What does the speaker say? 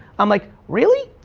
i'm like, really?